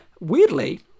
weirdly